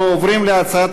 אנחנו נעבור לבחירת